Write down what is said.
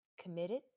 committed